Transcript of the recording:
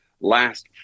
last